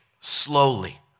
slowly